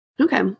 Okay